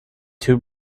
two